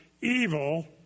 evil